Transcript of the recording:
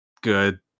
Good